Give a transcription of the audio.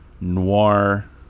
noir